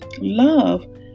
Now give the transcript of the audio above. love